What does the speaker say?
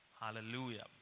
Hallelujah